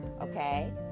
Okay